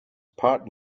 part